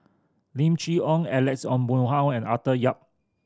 Lim Chee Onn Alex Ong Boon Hau and Arthur Yap